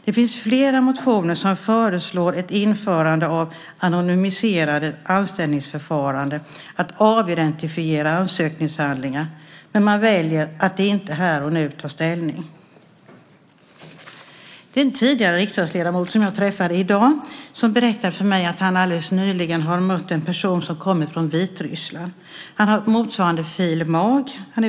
Det finns flera motioner som föreslår ett införande av anonymiserade anställningsförfaranden, att avidentifiera ansökningshandlingar, men man väljer att inte här och nu ta ställning. En tidigare riksdagsledamot som jag träffade i dag berättade för mig att han alldeles nyligen har mött en person som kommer från Vitryssland. Han har motsvarande fil.mag.